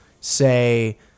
say